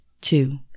Two